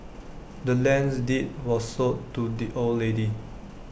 the land's deed was sold to the old lady